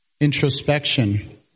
introspection